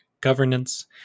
governance